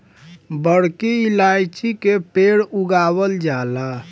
बड़की इलायची के पेड़ उगावल जाला